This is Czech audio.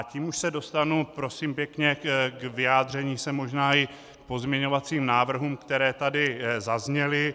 Tím se dostanu, prosím pěkně, k vyjádření se možná i k pozměňovacím návrhům, které tady zazněly.